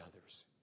others